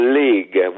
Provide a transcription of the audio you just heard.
league